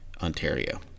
Ontario